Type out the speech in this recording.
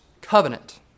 covenant